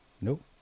Nope